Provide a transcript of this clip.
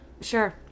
Sure